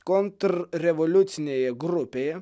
kontrrevoliucinėje grupėje